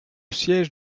siège